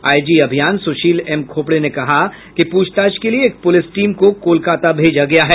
IG अभियान Sushil M Khopde ने कहा कि प्रछताछ के लिए एक पुलिस टीम को कोलकाता भेजा गया है